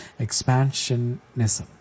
expansionism